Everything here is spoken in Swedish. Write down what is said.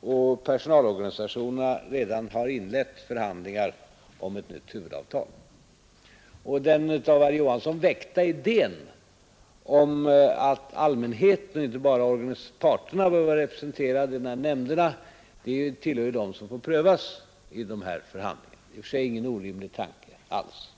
och personalorganisationerna redan har inlett förhandlingar om ett nytt huvudavtal. Den av herr Johansson väckta idén om att allmänheten och inte bara parterna bör vara representerade i de här nämnderna tillhör det som får prövas i dessa förhandlingar. Det är i och för sig ingen orimlig tanke alls.